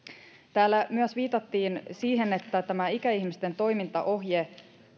täällä myös viitattiin siihen että tämä ikäihmisten toimintaohje